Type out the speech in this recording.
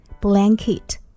blanket